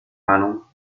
ahnung